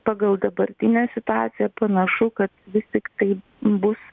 pagal dabartinę situaciją panašu kad vis tiktai bus